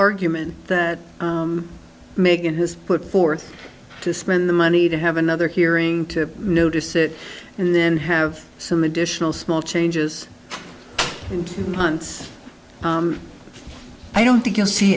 argument that megan has put forth to spend the money to have another hearing to notice it and then have some additional small changes in months i don't think you'll see